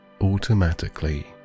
automatically